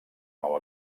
nou